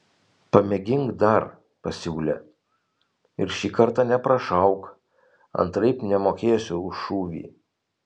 pamėgink dar pasiūlė ir šį kartą neprašauk antraip nemokėsiu už šūvį